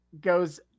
goes